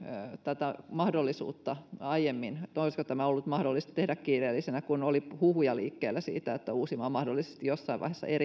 tätä mahdollisuutta aiemmin olisiko tämä ollut mahdollista tehdä kiireellisenä kun oli huhuja liikkeellä siitä että uusimaa mahdollisesti jossain vaiheessa